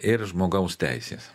ir žmogaus teisės